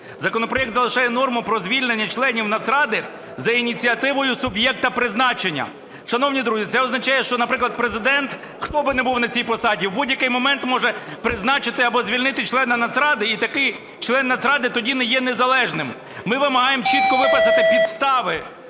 Законопроект залишає норму про звільнення членів Нацради за ініціативою суб'єкта призначення. Шановні друзі, це означає, що, наприклад, Президент, хто би не був на цій посаді, в будь-який момент може призначити або звільнити члена Нацради, і такий член Нацради тоді не є незалежним. Ми вимагаємо чітко виписати підстави,